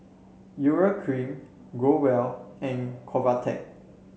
Urea Cream Growell and Convatec